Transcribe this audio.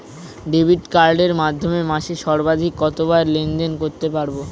Debit কার্ডের মাধ্যমে মাসে সর্বাধিক কতবার লেনদেন করতে পারবো?